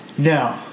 No